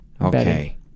Okay